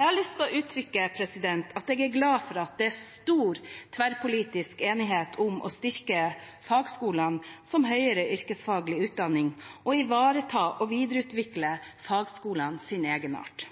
Jeg har lyst til å uttrykke at jeg er glad for at det er stor tverrpolitisk enighet om å styrke fagskolene som høyere yrkesfaglig utdanning og å ivareta og videreutvikle fagskolenes egenart.